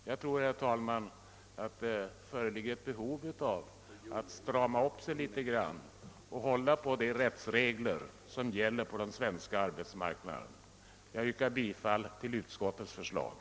Jag tror, herr talman, att man måste strama upp sig och hålla på de rättsregler som gäller på den svenska arbetsmarknaden. Jag yrkar bifall till utskottets hemställan.